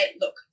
look